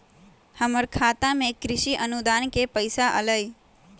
हमर खाता में कृषि अनुदान के पैसा अलई?